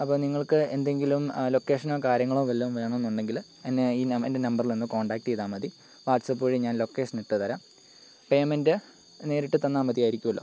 അപ്പോൾ നിങ്ങൾക്ക് എന്തെങ്കിലും ലൊക്കേഷനോ കാര്യങ്ങളോ വല്ലതും വേണമെന്നുണ്ടെങ്കിൽ എന്നെ ഈ നം എൻ്റെ നമ്പറിൽ ഒന്ന് കോണ്ടാക്റ്റ് ചെയ്താൽ മതി വാട്ട്സാപ്പ് വഴി ഞാൻ ലൊക്കേഷൻ ഇട്ട് തരാം പേയ്മെൻറ് നേരിട്ട് തന്നാൽ മതിയായിരിക്കുമല്ലോ